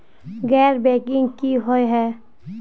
गैर बैंकिंग की हुई है?